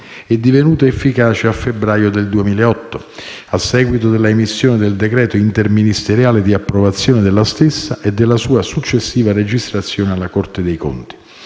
e divenuta efficace a febbraio 2008, a seguito dell'emissione del decreto interministeriale di approvazione della stessa e della sua successiva registrazione alla Corte dei conti.